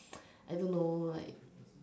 I don't know like